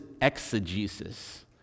exegesis